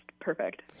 perfect